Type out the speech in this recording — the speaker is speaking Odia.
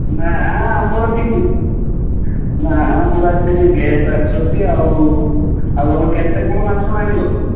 ନା ଆମର ଟିକେ ନା ଆମର ଆଜି ଟିକେ ଗେଷ୍ଟ୍ ଆସିଛନ୍ତି ଆଉ ଆଉ ତୁମେ କେତେ କ'ଣ ମାଛ ଆଣିବ ତୁମେ